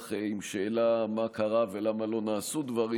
עם שאלה מה קרה ולמה לא נעשו דברים,